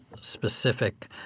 specific